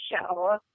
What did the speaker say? show